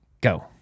Go